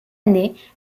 année